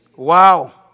Wow